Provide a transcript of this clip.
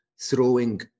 throwing